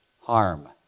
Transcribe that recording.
harm